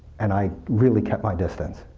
and i really kept my distance.